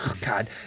god